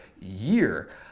year